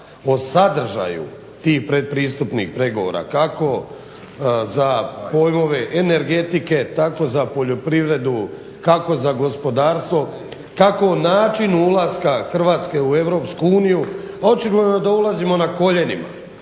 o sadržaju tih pretpristupnih pregovora kako za pojmove energetike tako za poljoprivredu, kako za gospodarstvo tako način ulaska Hrvatske u Europsku uniju. Očigledno je da ulazimo na koljenima,